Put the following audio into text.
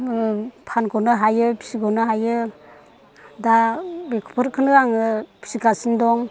फानग'नो हायो फिसिग'नो हायो दा बेफोरखौनो आङो फिसिगासिनो दं